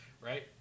Right